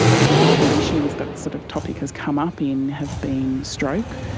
the different conditions that sort of topic has come up in have been stroke,